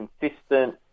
consistent